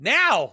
now